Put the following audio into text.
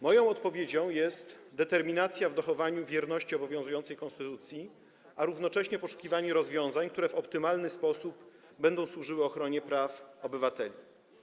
Moją odpowiedzią jest determinacja w dochowaniu wierności obowiązującej konstytucji, a równocześnie poszukiwanie rozwiązań, które w optymalny sposób będą służyły ochronie praw obywateli.